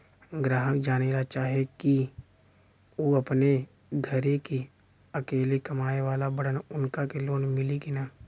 ग्राहक जानेला चाहे ले की ऊ अपने घरे के अकेले कमाये वाला बड़न उनका के लोन मिली कि न?